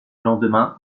lendemain